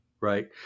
right